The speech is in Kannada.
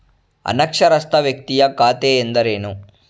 ಅನಕ್ಷರಸ್ಥ ವ್ಯಕ್ತಿಯ ಖಾತೆ ಎಂದರೇನು?